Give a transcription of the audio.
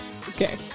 Okay